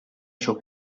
şok